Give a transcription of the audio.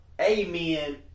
Amen